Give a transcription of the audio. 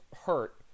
hurt